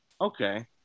Okay